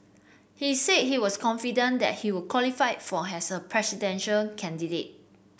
he said he was confident that he would qualify for has a presidential candidate